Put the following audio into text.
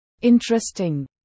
interesting